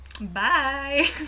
bye